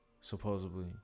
supposedly